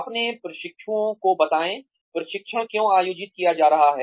अपने प्रशिक्षुओं को बताएं प्रशिक्षण क्यों आयोजित किया जा रहा है